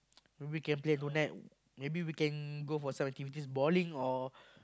maybe can play go net maybe we can go for some activities balling or